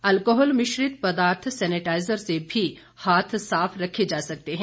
alcohol मिश्रित पदार्थ sanitiser से भी हाथ साफ रखे जा सकते हैं